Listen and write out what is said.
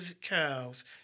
cows